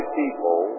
people